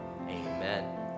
amen